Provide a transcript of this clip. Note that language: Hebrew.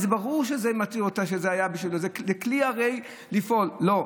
הרי זה ברור שזה מתיר אותה, שזה כלי לפעול, לא.